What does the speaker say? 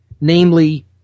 namely